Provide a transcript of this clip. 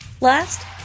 Last